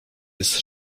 jest